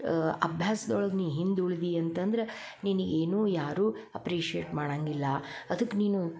ಅಭ್ಯಾಸ್ದ ಒಳಗ ನೀ ಹಿಂದ ಉಳ್ದಿ ಅಂತಂದ್ರ ನಿನ ಗೆ ಯಾರು ಅಪ್ರಿಷಿಯೇಟ್ ಮಾಡಂಗಿಲ್ಲ ಅದಕ್ಕೆ ನೀನು